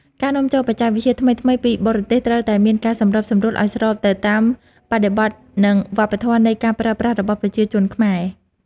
ការនាំចូលបច្ចេកវិទ្យាថ្មីៗពីបរទេសត្រូវតែមានការសម្របសម្រួលឱ្យស្របទៅតាមបរិបទនិងវប្បធម៌នៃការប្រើប្រាស់របស់ប្រជាជនខ្មែរ។